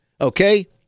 Okay